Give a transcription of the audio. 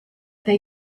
they